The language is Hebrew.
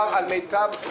מינו.